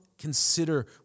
consider